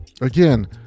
again